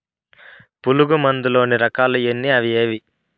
పులుగు మందు లోని రకాల ఎన్ని అవి ఏవి?